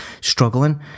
struggling